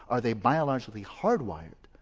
are they biologically hard wired?